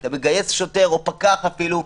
אתה מגייס שוטר או אפילו פקח,